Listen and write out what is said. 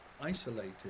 isolated